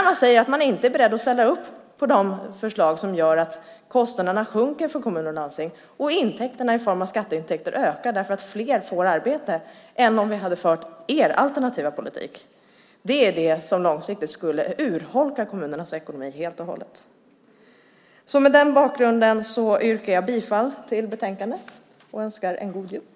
Man säger att man inte är beredd att ställa upp på de förslag som gör att kostnaderna sjunker för kommuner och landsting och att intäkterna i form av skatteintäkter ökar tack vare att fler får arbete än om vi hade fört er alternativa politik. Det är det som långsiktigt skulle urholka kommunernas ekonomi helt och hållet. Mot den bakgrunden yrkar jag bifall till förslaget i betänkandet och önskar en god jul.